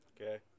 Okay